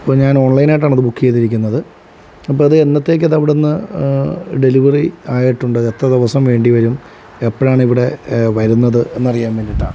അപ്പോള് ഞാൻ ഓൺലൈനായിട്ടാണത് ബുക്കെയ്തിരിക്കുന്നത് അപ്പോഴത് എന്നത്തേക്കതവിടുന്ന് ഡെലിവറി ആയിട്ടുണ്ടോ എത്ര ദിവസം വേണ്ടിവരും എപ്പോഴാണ് ഇവിടെ വരുന്നത് എന്നറിയാന് വേണ്ടിയിട്ടാണ്